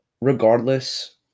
regardless